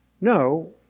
No